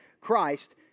Christ